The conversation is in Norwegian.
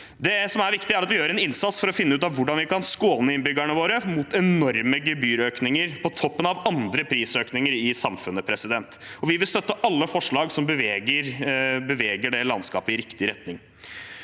Det som er viktig, er at vi gjør en innsats for å finne ut av hvordan vi kan skåne innbyggerne våre mot enorme gebyrøkninger på toppen av andre prisøkninger i samfunnet. Vi vil støtte alle forslag som beveger det landskapet i riktig retning.